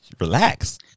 Relax